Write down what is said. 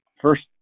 first